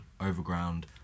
overground